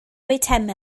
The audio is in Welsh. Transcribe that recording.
eitemau